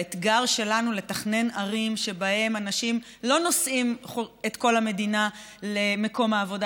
באתגר שלנו לתכנן ערים שבהן אנשים לא נוסעים את כל המדינה למקום העבודה